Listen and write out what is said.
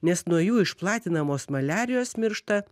nes nuo jų išplatinamos maliarijos miršta